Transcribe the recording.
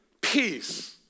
peace